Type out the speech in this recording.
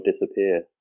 disappear